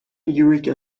eureka